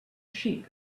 sheep